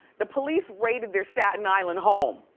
the police raided their staten island home,